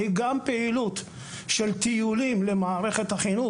היא גם פעילות של טיולים למערכת החינוך,